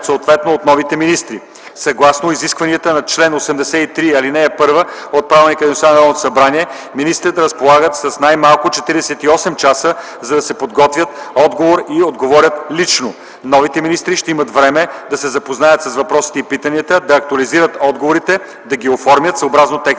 съответно от новите министри. Съгласно изискванията на чл. 83, ал. 1 от Правилника за организацията и дейността на Народното събрание, министрите разполагат с най-малко 48 часа, за да се подготвят и отговорят лично. Новите министри ще имат време да се запознаят с въпросите и питанията, да актуализират отговорите, да ги оформят, съобразно техните